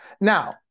now